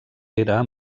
era